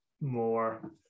more